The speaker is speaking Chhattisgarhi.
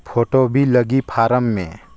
फ़ोटो भी लगी फारम मे?